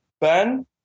Ben